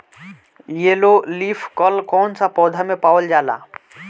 Yellow leaf curl कौन सा पौधा में पावल जाला?